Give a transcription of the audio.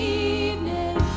evening